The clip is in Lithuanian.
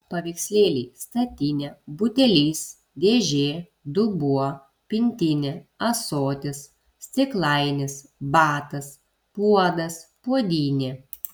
paveikslėliai statinė butelis dėžė dubuo pintinė ąsotis stiklainis batas puodas puodynė